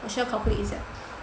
我需要 calculate 一下